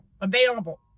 available